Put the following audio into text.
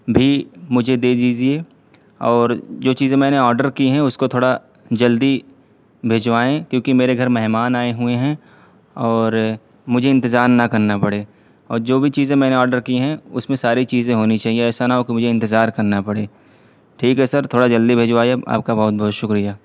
بھی مجھے دے دیجیے اور جو چیزیں میں نے آرڈر کی ہیں اس کو تھوڑا جلدی بھجوائیں کیوںکہ میرے گھر مہمان آئے ہوئے ہیں اور مجھے انتظار نہ کرنا پڑے اور جو بھی چیزیں میں نے آرڈر کی ہیں اس میں ساری چیزیں ہونی چاہیے ایسا نہ ہو کہ مجھے انتظار کرنا پڑے ٹھیک ہے سر تھوڑا جلدی بھجوائیے آپ کا بہت بہت شکریہ